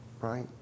right